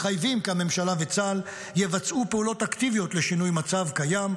מחייבים כי הממשלה וצה"ל יבצעו פעולות אקטיביות לשינוי מצב קיים,